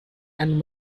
and